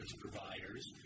providers